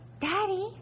Daddy